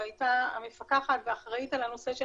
היא הייתה המפקחת ואחראית על הנושא של